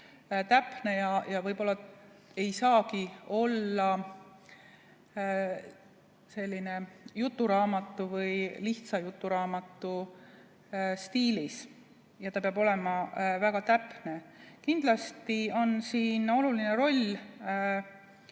täpne. Võib-olla ei saagi see olla selline juturaamatu või lihtsa juturaamatu stiilis. Ta peab olema väga täpne. Kindlasti on siin oluline roll